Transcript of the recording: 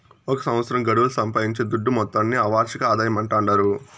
ఒక సంవత్సరం గడువుల సంపాయించే దుడ్డు మొత్తాన్ని ఆ వార్షిక ఆదాయమంటాండారు